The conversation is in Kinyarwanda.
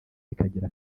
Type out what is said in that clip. bikagira